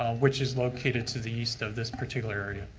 ah which is located to the east of this particular yeah